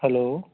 hello